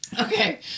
Okay